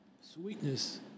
sweetness